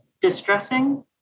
distressing